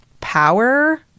power